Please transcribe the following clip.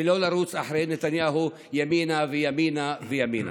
ולא לרוץ אחרי נתניהו ימינה וימינה וימינה.